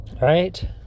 Right